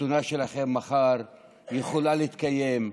החתונה שלכם מחר יכולה להתקיים,